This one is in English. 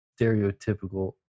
stereotypical